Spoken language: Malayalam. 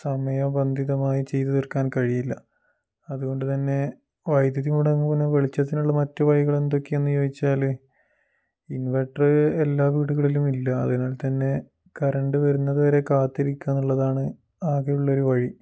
സമയബന്ധിതമായി ചെയ്തു തീർക്കാൻ കഴിയില്ല അതുകൊണ്ട് തന്നെ വൈദ്യുതി മുടങ്ങുനെ വെളിച്ചത്തിനുള്ള മറ്റു വഴികൾ എന്തൊക്കെ എന്നു ചോദിച്ചാൽ ഇൻവെട്ര് എല്ലാ വീടുകളിലും ഇല്ല അതിനാൽ തന്നെ കറണ്ട് വരുന്നത് വരെ കാത്തിരിക്കുക എന്നുള്ളതാണ് ആകെയുള്ള ഒരു വഴി